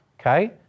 okay